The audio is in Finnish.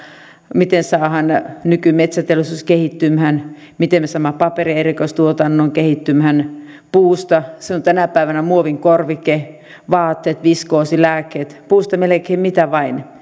miten me saamme nykymetsäteollisuuden kehittymään miten me saamme paperin erikoistuotannon kehittymään puu on tänä päivänä muovin korvike vaatteet viskoosi lääkkeet puusta melkein mitä vain